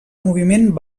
moviment